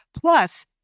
Plus